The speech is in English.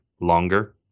longer